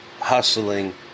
hustling